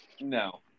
No